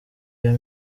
yeah